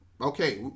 Okay